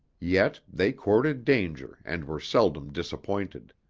yet they courted danger and were seldom disappointed,